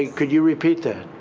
ah could you repeat that?